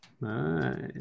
Nice